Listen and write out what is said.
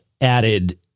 added